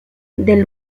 del